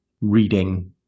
reading